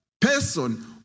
person